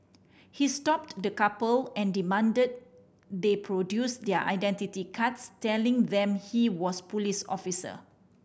he stopped the couple and demanded they produce their identity cards telling them he was police officer